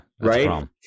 Right